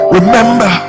Remember